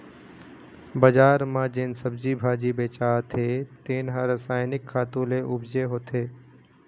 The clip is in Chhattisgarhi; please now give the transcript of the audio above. बजार म जेन सब्जी भाजी बेचाथे तेन ह रसायनिक खातू ले उपजे होथे